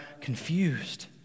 confused